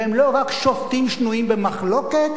והם לא רק שופטים שנויים במחלוקת,